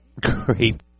Great